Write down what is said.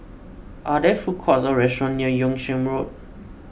are there food courts or restaurants near Yung Sheng Road